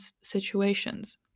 situations